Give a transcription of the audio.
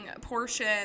portion